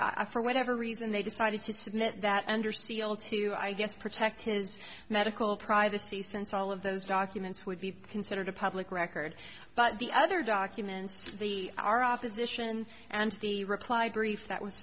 so i for whatever reason they decided to submit that under seal to i guess protect his medical privacy since all of those documents would be considered a public record but the other documents the our office mission and the reply brief that was